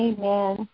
Amen